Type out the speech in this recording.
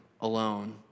alone